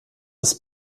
das